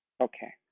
Okay